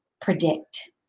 predict